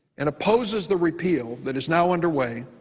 and opposes the repeal that is now under way,